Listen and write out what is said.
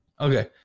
Okay